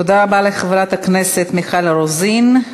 תודה רבה לחברת הכנסת מיכל רוזין.